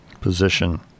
position